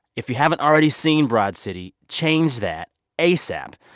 if you haven't already seen broad city, change that asap.